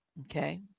Okay